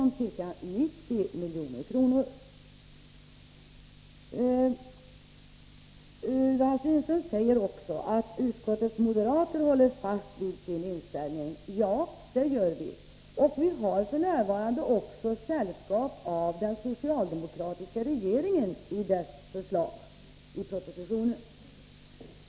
Ralf Lindström säger också att utskottets moderater håller fast vid sin inställning. Ja, det gör vi, och vi har f. n. också sällskap av den socialdemokratiska regeringen genom dess förslag i propositionen.